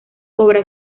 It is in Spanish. obras